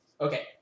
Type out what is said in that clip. Okay